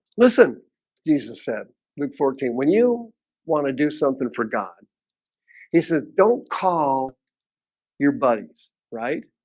listen jesus said luke fourteen when you want to do something for god he says don't call your buddies right?